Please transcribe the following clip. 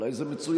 אולי זה מצוין.